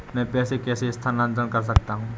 मैं पैसे कैसे स्थानांतरण कर सकता हूँ?